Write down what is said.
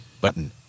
button